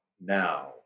now